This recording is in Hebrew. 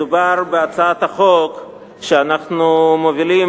מדובר בהצעת החוק שאנחנו מובילים עם